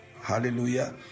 hallelujah